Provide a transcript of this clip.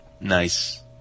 Nice